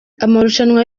amarushanwa